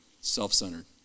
Self-centered